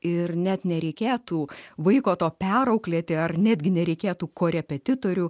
ir net nereikėtų vaiko to perauklėti ar netgi nereikėtų korepetitorių